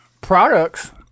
products